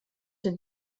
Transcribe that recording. den